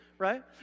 right